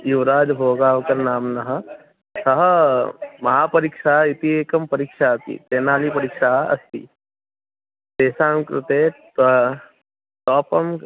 युवराज् भोगाव्कर् नाम्ना सः महापरीक्षा इति एका परीक्षा अपि तेनालीपरीक्षा अस्ति तस्याः कृते तोपं